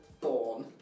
born